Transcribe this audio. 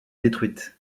détruite